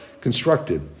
constructed